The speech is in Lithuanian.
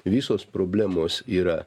visos problemos yra